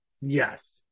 Yes